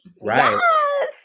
Right